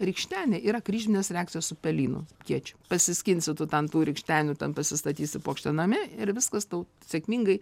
rykštenė yra kryžminės reakcijos su pelynu kiečiu pasiskinsi tu ten tų rykštenių ten pasistatysi puokštę name ir viskas tau sėkmingai